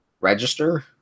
register